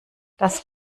das